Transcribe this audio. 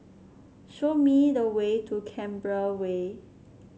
show me the way to Canberra Way